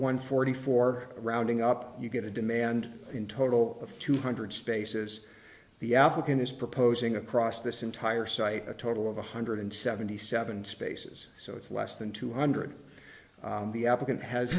one forty four rounding up you get a demand in total of two hundred spaces the applicant is proposing across this entire site a total of one hundred seventy seven spaces so it's less than two hundred the applicant has